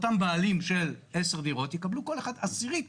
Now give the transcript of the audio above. אותם בעלים של 10 דירות יקבלו כל אחד עשירית